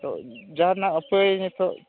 ᱛᱚ ᱡᱟᱦᱟᱱᱟᱜ ᱩᱯᱟᱹᱭ ᱱᱤᱛᱚᱜ